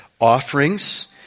offerings